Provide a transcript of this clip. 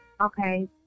Okay